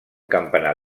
campanar